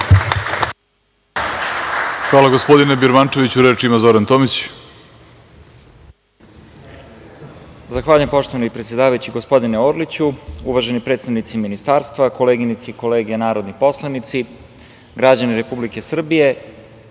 Hvala gospodine Birmančeviću. Reč ima Zoran Tomić.